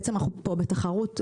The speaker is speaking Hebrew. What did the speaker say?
בעצם אנחנו פה בתחרות גלובלית.